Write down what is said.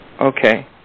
Okay